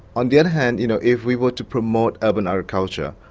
on the other hand you know if we were to promote urban agriculture,